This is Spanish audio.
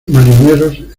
marineros